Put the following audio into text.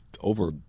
over